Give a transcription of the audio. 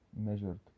measured